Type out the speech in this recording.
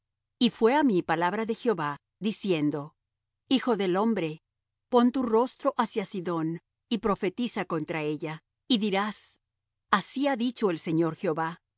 y fué á mí palabra de jehová diciendo hijo del hombre pon tu rostro hacia sidón y profetiza contra ella y dirás así ha dicho el señor jehová